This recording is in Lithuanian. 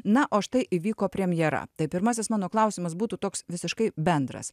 na o štai įvyko premjera tai pirmasis mano klausimas būtų toks visiškai bendras